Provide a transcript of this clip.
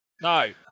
No